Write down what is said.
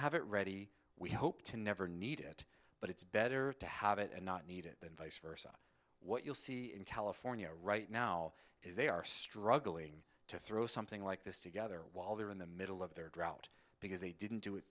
have it ready we hope to never need it but it's better to have it and not need it but what you'll see in california right now is they are struggling to throw something like this together while they're in the middle of their drought because they didn't do it